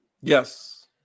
Yes